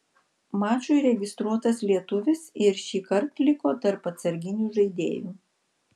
mačui registruotas lietuvis ir šįkart liko tarp atsarginių žaidėjų